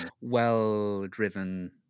well-driven